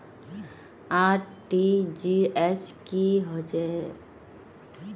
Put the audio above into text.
RTGS की होचए?